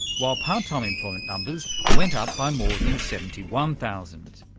while part-time employment numbers went ah up by more than seventy one thousand.